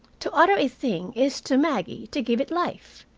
to utter a thing is, to maggie, to give it life.